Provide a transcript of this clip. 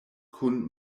kun